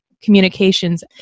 Communications